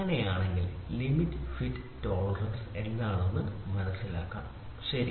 അങ്ങനെയാണെങ്കിൽ limit fit and tolerance Limits Fits and Tolerances എന്താണെന്ന് മനസ്സിലാക്കണം ശരി